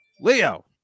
leo